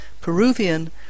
Peruvian